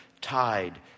tied